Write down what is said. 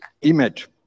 image